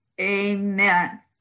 amen